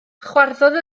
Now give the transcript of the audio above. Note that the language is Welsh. chwarddodd